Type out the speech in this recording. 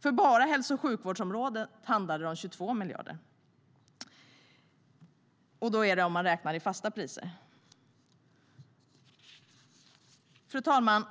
För enbart hälso och sjukvårdsområdet handlar det om 22 miljarder, räknat i fasta priser. Fru talman!